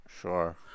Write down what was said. Sure